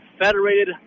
Federated